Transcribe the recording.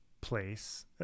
place